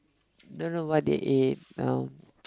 don't know what they eat now